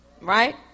Right